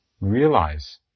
realize